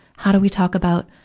how do we talk about,